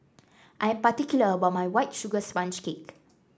I am particular about my White Sugar Sponge Cake